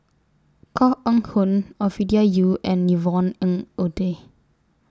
Koh Eng Hoon Ovidia Yu and Yvonne Ng Uhde